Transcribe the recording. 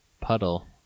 puddle